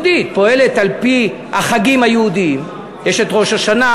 פועלת על-פי החגים היהודיים, יש ראש השנה,